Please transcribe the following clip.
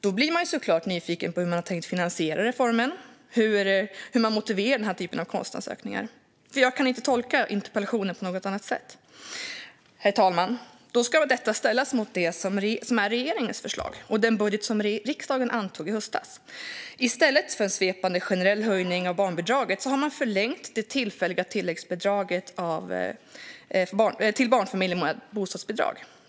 Då blir man såklart nyfiken på hur de har tänkt finansiera reformen och hur de motiverar den här typen av kostnadsökningar. Jag kan nämligen inte tolka interpellationen på något annat sätt. Herr talman! Detta ska ställas mot det som är regeringens förslag och den budget som riksdagen antog i höstas. I stället för en svepande, generell höjning av barnbidraget har man förlängt det tillfälliga tilläggsbidraget till barnfamiljer med bostadsbidrag.